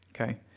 okay